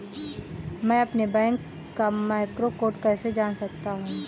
मैं अपने बैंक का मैक्रो कोड कैसे जान सकता हूँ?